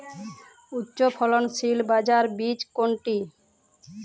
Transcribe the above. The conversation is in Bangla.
উচ্চফলনশীল বাজরার বীজ কোনটি?